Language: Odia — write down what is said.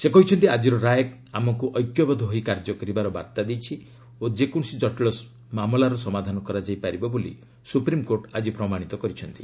ସେ କହିଛନ୍ତି ଆଜିର ରାୟ ଆମକୁ ଐକ୍ୟବଦ୍ଧ ହୋଇ କାର୍ଯ୍ୟ କରିବାର ବାର୍ତ୍ତା ଦେଇଛି ଓ ଯେକୌଣସି ଜଟିଳ ମାମଲାର ସମାଧାନ କରାଯାଇ ପାରିବ ବୋଲି ସୁପ୍ରିମ୍କୋର୍ଟ ଆଜି ପ୍ରମାଣିତ କରିଛନ୍ତି